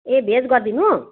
ए भेज गरिदिनु